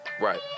Right